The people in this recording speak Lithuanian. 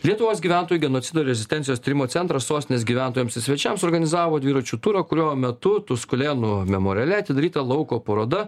lietuvos gyventojų genocido rezistencijos tyrimo centro sostinės gyventojams ir svečiams suorganizavo dviračių turą kurio metu tuskulėnų memoriale atidaryta lauko paroda